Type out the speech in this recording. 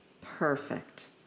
perfect